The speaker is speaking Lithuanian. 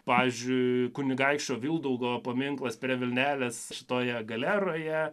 pavyzdžiui kunigaikščio vilgaudo paminklas prie vilnelės šitoje galeroje